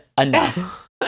enough